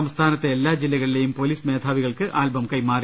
സംസ്ഥാനത്തെ എല്ലാ ജില്ലകളിലെയും പോലീസ് മേധാവികൾക്ക് ആൽബം കൈമാറി